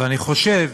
ואני חושב